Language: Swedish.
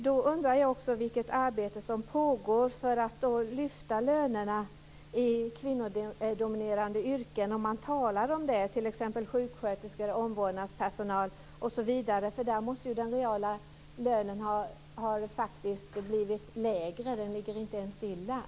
Då undrar jag också vilket arbete som pågår för att lyfta lönerna i kvinnodominerade yrken, om man talar om det, t.ex. sjuksköterskor, omvårdnadspersonal osv. Där har den reala lönen faktiskt inte bara legat stilla utan t.o.m. blivit lägre.